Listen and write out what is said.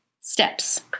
steps